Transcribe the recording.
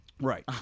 Right